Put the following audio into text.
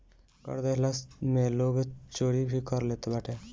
कर देहला में लोग चोरी भी कर लेत बाटे